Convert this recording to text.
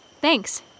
thanks